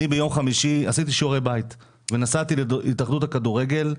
אני ביום חמישי עשיתי שיעורי בית ונסעתי להתאחדות הכדורגל.